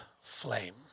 flame